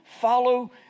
follow